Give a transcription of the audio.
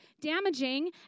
damaging